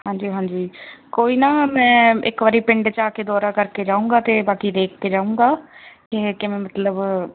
ਹਾਂਜੀ ਹਾਂਜੀ ਕੋਈ ਨਾ ਮੈਂ ਇੱਕ ਵਾਰ ਪਿੰਡ 'ਚ ਆ ਕੇ ਦੌਰਾ ਕਰਕੇ ਜਾਊਂਗਾ ਅਤੇ ਬਾਕੀ ਦੇਖ ਕੇ ਜਾਊਂਗਾ ਕਿ ਇਹ ਕਿਵੇਂ ਮਤਲਬ